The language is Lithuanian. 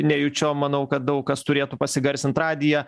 nejučiom manau kad daug kas turėtų pasigarsint radiją